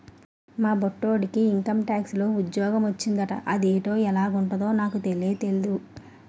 మా బొట్టిడికి ఇంకంటాక్స్ లో ఉజ్జోగ మొచ్చిందట అదేటో ఎలగుంటదో నాకు తెల్నే తెల్దు